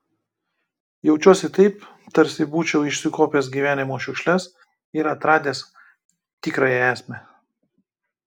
jaučiuosi taip tarsi būčiau išsikuopęs gyvenimo šiukšles ir atradęs tikrąją esmę